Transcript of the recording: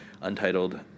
Untitled